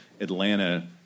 Atlanta